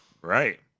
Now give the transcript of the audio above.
Right